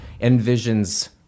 envisions